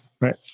right